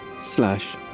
slash